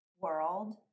world